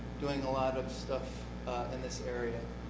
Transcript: doing a lot of stuff in this area.